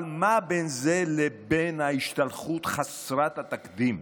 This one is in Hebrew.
אבל מה בין זה לבין ההשתלחות חסרת התקדים?